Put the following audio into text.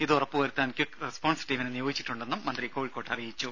ഇത് ഉറപ്പു വരുത്താൻ ക്വിക്ക് റെസ്പോൺസ് ടീമിനെ നിയോഗിച്ചിട്ടുണ്ടെന്നും മന്ത്രി കോഴിക്കോട്ട് അറിയിച്ചു